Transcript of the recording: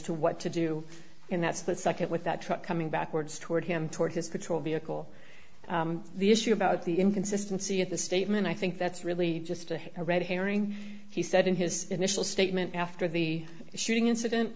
to what to do in that split second with that truck coming backwards toward him toward his patrol vehicle the issue about the inconsistency of the statement i think that's really just a red herring he said in his initial statement after the shooting incident